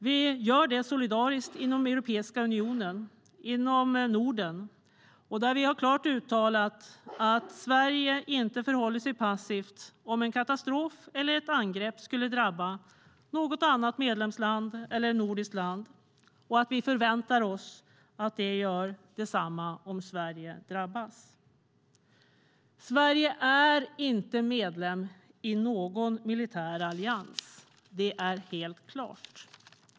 Vi gör det solidariskt inom Europeiska unionen och inom Norden. Där har vi klart uttalat att Sverige inte förhåller sig passivt om en katastrof eller ett angrepp skulle drabba något annat medlemsland eller nordiskt land och att vi förväntar oss att det landet ska göra detsamma om Sverige drabbas. Sverige är inte medlem i någon militär allians. Det är helt klart.